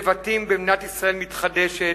לבטים במדינת ישראל מתחדשת,